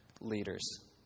leaders